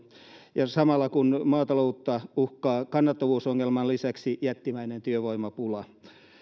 ja samalla maataloutta uhkaa kannattavuusongelman lisäksi jättimäinen työvoimapula